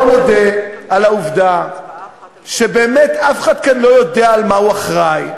בוא נודה על העובדה שבאמת אף אחד כאן לא יודע למה הוא אחראי,